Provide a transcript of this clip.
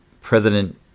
president